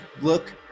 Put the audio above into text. look